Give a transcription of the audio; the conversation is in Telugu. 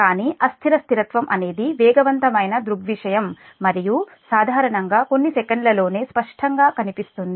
కానీ అస్థిర స్థిరత్వం అనేది వేగవంతమైన దృగ్విషయం మరియు సాధారణంగా కొన్ని సెకన్లలోనే స్పష్టంగా కనిపిస్తుంది